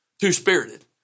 Two-spirited